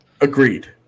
Agreed